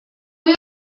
were